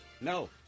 no